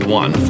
one